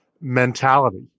mentality